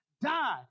Die